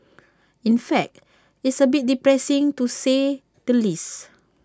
in fact it's A bit depressing to say the least